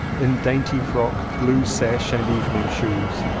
in dainty frock, blue sash and evening shoes.